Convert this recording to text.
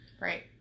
right